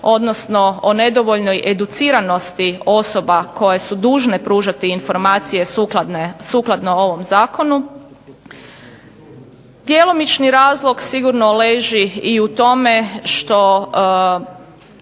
odnosno o nedovoljnoj educiranosti osoba koje su dužne pružati informacije sukladno ovom zakonu. Djelomični razlog sigurno leži i u tome što